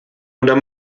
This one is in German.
oder